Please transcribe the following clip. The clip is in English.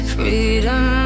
Freedom